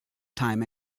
time